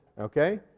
okay